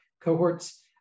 cohorts